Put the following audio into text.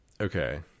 Okay